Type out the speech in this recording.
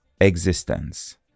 existence